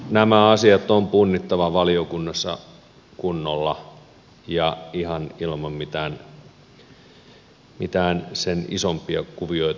nämä asiat on punnittava valiokunnassa kunnolla ja ihan ilman mitään sen isompia kuvioita